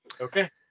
Okay